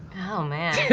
oh man,